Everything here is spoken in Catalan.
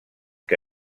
que